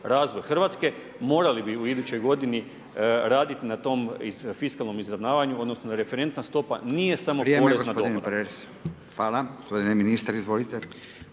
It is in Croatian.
razvoj Hrvatske, morali bi u idućoj godini radit na tom fiskalnom izravnavanju, odnosno referentna stopa nije samo porez na dohodak. **Radin, Furio (Nezavisni)** Vrijeme gospodine Prelec. Hvala. Gospodine ministre izvolite.